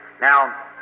Now